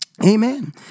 Amen